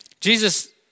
Jesus